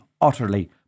utterly